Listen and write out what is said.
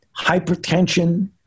hypertension